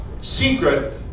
secret